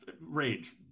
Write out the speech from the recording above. rage